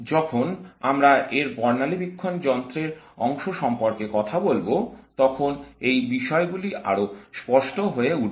যখন আমরা এর বর্ণালিবীক্ষণ যন্ত্রের অংশ সম্পর্কে কথা বলব তখন এই বিষয়গুলি আরও স্পষ্ট হয়ে উঠবে